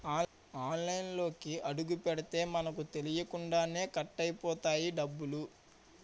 ఆన్లైన్లోకి అడుగుపెడితే మనకు తెలియకుండానే కట్ అయిపోతాయి డబ్బులు